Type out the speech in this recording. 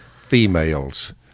females